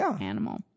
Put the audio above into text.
animal